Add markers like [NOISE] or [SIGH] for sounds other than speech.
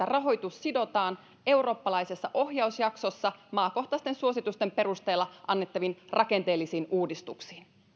[UNINTELLIGIBLE] rahoitus sidotaan eurooppalaisessa ohjausjaksossa maakohtaisten suositusten perusteella annettaviin rakenteellisiin uudistuksiin